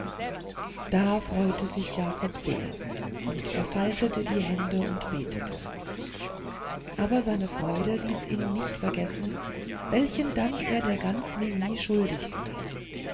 da freute sich jakob sehr und er faltete die hände und betete aber seine freude ließ ihn nicht vergessen welchen dank er der gans mimi schuldig sei